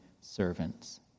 servants